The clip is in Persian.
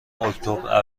اکتبر